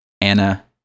Anna